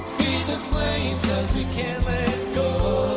the flame cause we can't let go